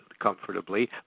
comfortably